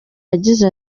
yagize